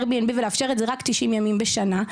AIRBNB ולאפשר את זה רק למשך 90 ימים בשנה.